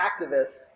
activist